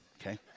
okay